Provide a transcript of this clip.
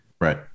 Right